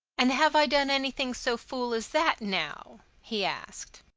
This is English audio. and have i done anything so fool as that, now? he asked.